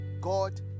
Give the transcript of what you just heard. God